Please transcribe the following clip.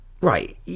right